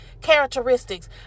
characteristics